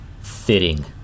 fitting